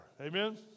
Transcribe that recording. Amen